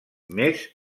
més